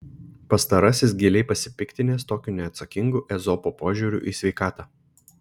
pastarasis giliai pasipiktinęs tokiu neatsakingu ezopo požiūriu į sveikatą